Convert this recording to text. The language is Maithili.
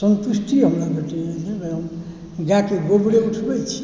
सन्तुष्टि हमरा भेटैए गायके गोबरे उठबै छी